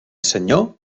senyor